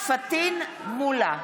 פטין מולא,